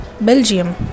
Belgium